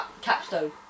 capstone